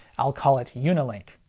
i'll call it unilink.